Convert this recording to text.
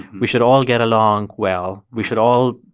we should all get along well. we should all,